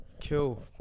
kill